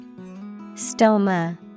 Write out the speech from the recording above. Stoma